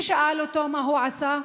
מי ישאל אותו מה הוא עשה?